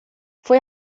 foi